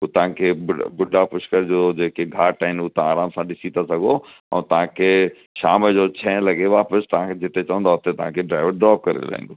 उहो तव्हांखे बु बूढ़ा पुष्कर जो जेके घाट आहिनि उहो तव्हां आरामु सां ॾिसी था सघो ऐं तव्हांखे शाम जो छहें लॻे वापसि तव्हांखे जिते चवंदा उते तव्हांखे ड्राइवर ड्रॉप करे लाहींदो